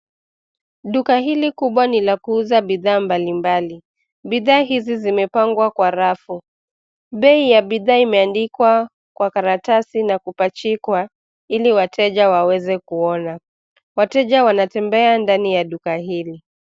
Duka hili kubwa nilakuuza bithaa mbambali. Bidhaa hizi zimepangwa kwa rafu. Bei ya bidhaa imendikwa kwa karatasi na kupachikwa ili wateja waweze kuona. Wateja wanatembea ndani ya duka hili.